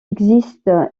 existe